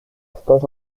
αυτός